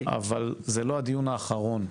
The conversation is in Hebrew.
אבל, זה לא הדיון האחרון.